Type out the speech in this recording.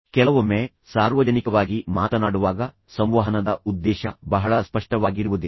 ಕೆಲವೊಮ್ಮೆ ಸಾರ್ವಜನಿಕವಾಗಿ ಮಾತನಾಡುವಾಗ ಸಂವಹನದ ಉದ್ದೇಶ ಬಹಳ ಸ್ಪಷ್ಟವಾಗಿರುವುದಿಲ್ಲ